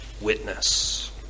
witness